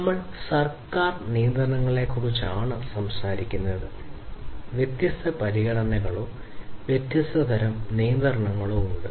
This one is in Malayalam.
നമ്മൾ സർക്കാർ നിയന്ത്രണങ്ങളെക്കുറിച്ചാണ് സംസാരിക്കുന്നത് വ്യത്യസ്ത പരിഗണനകളോ വ്യത്യസ്ത തരം നിയന്ത്രണങ്ങളോ ഉണ്ട്